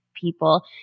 people